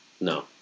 No